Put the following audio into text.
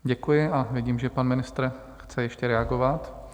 Děkuji a vidím, že pan ministr chce ještě reagovat.